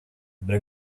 but